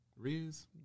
Riz